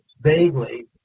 vaguely